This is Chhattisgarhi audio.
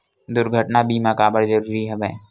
दुर्घटना बीमा काबर जरूरी हवय?